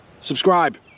Subscribe